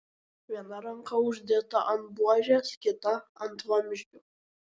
viena ranka uždėta ant buožės kita ant vamzdžių